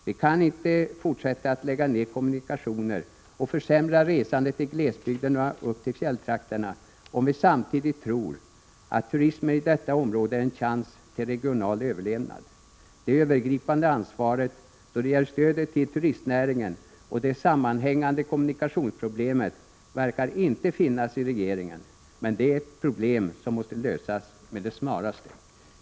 Vi kan inte fortsätta att lägga ned kommunikationer och försämra resandet i glesbygden upp till fjälltrakterna, om vi samtidigt tror att turismen i detta område är en chans till regional överlevnad. Det övergripande ansvaret då det gäller stödet till turistnäringen och det sammanhängande kommunikationsproblemet verkar inte finnas i regeringen. Detta är ett problem som måste lösas med det snaraste.